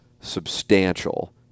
substantial